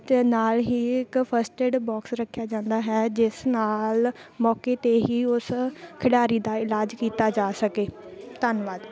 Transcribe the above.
ਅਤੇ ਨਾਲ ਹੀ ਇੱਕ ਫਸਟ ਏਡ ਬਾਕਸ ਰੱਖਿਆ ਜਾਂਦਾ ਹੈ ਜਿਸ ਨਾਲ ਮੌਕੇ 'ਤੇ ਹੀ ਉਸ ਖਿਡਾਰੀ ਦਾ ਇਲਾਜ ਕੀਤਾ ਜਾ ਸਕੇ ਧੰਨਵਾਦ